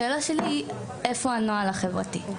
השאלה שלי איפה הנוהל החברתי?